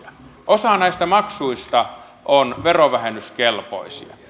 osa näistä maksuista on verovähennyskelpoisia